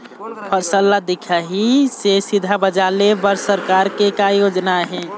फसल ला दिखाही से सीधा बजार लेय बर सरकार के का योजना आहे?